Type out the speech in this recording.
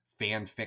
fanfic